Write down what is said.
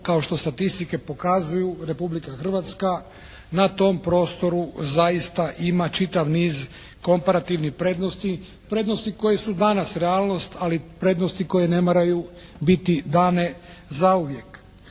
kao što statistike pokazuju Republika Hrvatska na tom prostoru zaista ima čitav niz komparativnih prednosti, prednosti koje su danas realnost, ali prednosti koje ne moraju biti dane zauvijek.